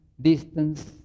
distance